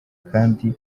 kandi